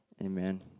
Amen